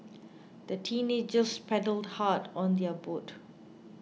the teenagers paddled hard on their boat